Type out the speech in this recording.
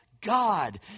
God